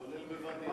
כולל בוואדי-עארה?